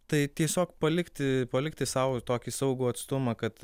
tai tiesiog palikti palikti sau tokį saugų atstumą kad